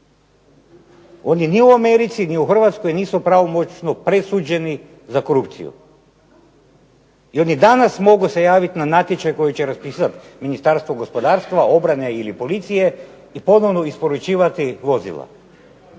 oni ni u Americi ni u Hrvatskoj nisu pravomoćno presuđeni za korupciju i oni danas mogu se javiti na natječaj koji će raspisati Ministarstvo gospodarstva, obrane ili policije i pomalo isporučivati vozila.